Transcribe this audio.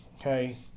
Okay